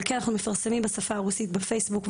אבל אנחנו כן מפרסמים בשפה הרוסית בפייסבוק,